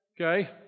okay